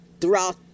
throughout